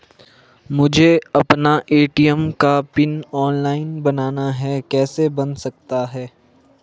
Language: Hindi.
मुझे अपना ए.टी.एम का पिन ऑनलाइन बनाना है कैसे बन सकता है?